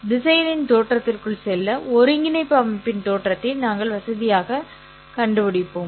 திசையனின் தோற்றத்திற்குள் செல்ல ஒருங்கிணைப்பு அமைப்பின் தோற்றத்தை நாங்கள் வசதியாக கண்டுபிடிப்போம்